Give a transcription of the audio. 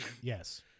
Yes